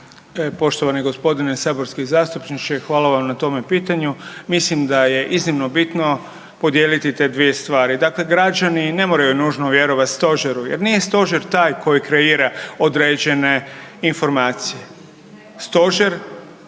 Poštovani gospodine saborski zastupniče hvala vam na tome pitanju. Mislim da je iznimno bitno podijeliti te dvije stvari. Dakle, građani ne moraju nužno vjerovati stožeru jer nije stožer taj koji kreira određene informacije. Stožer